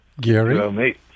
Gary